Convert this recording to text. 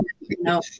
no